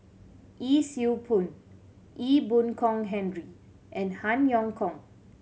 Yee Siew Pun Ee Boon Kong Henry and Han Yong Hong